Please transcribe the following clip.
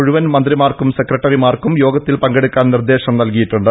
മുഴുവൻ മന്ത്രിമാർക്കും സെക്രട്ടറിമാർക്കും യോഗത്തിൽ പങ്കെടുക്കാൻ നിർദേശം നൽകി യിട്ടുണ്ട്